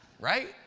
right